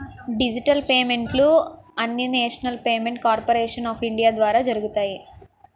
digital పేమెంట్లు అన్నీనేషనల్ payment corporation of India ద్వారా జరుగుతాయి